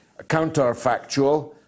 counterfactual